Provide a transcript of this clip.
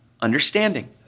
understanding